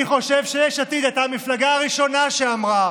אני חושב שיש עתיד הייתה המפלגה הראשונה שאמרה